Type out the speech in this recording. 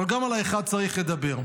אבל גם על האחד צריך לדבר.